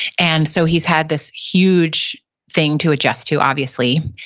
and so he's had this huge thing to adjust to, obviously,